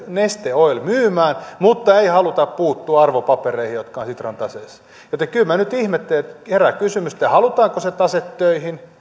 neste oil myymään mutta ei haluta puuttua arvopapereihin jotka ovat sitran taseessa joten kyllä nyt ihmettelen ja herää kysymys halutaanko se tase töihin